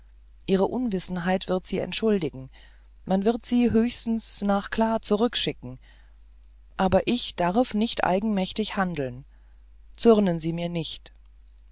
ihre unwissenheit wird sie entschuldigen man wird sie höchstens nach kla zurückschicken aber ich darf nicht eigenmächtig handeln zürnen sie mir nicht